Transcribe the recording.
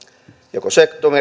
joko